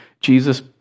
Jesus